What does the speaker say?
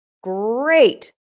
great